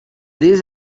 this